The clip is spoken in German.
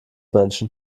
menschen